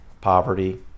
poverty